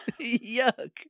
Yuck